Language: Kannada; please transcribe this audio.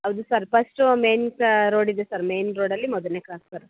ಹೌದು ಸರ್ ಫಸ್ಟು ಮೆನ್ ರೋಡ್ ಇದೆ ಸರ್ ಮೇಯ್ನ್ ರೋಡಲ್ಲಿ ಮೊದಲನೇ ಕ್ರಾಸ್ ಸರ್